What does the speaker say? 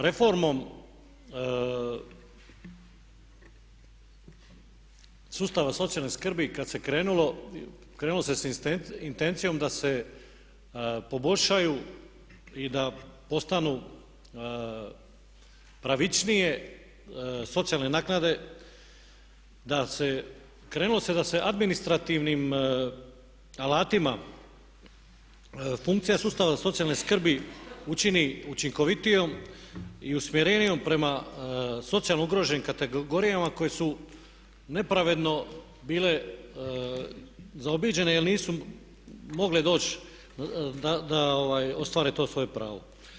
Reformom sustava socijalne skrbi kada se krenulo, krenulo se sa intencijom da se poboljšaju i da postanu pravičnije socijalne naknade, da se, krenulo se da se administrativnim alatima funkcija sustava socijalne skrbi učini učinkovitijom i usmjerenijom prema socijalno ugroženim kategorijama koje su nepravedno bile zaobiđene jer nisu mogle doći da ostvare to svoje pravo.